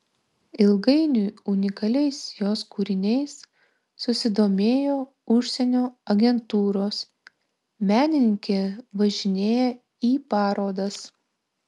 ilgainiui unikaliais jos kūriniais susidomėjo užsienio agentūros menininkė važinėja į parodas